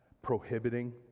prohibiting